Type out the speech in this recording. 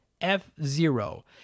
F-Zero